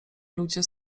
ludzie